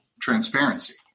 transparency